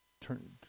turn